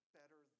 better